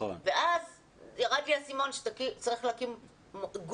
ואז ירד לי האסימון שצריך להקים גוף,